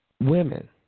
Women